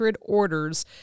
orders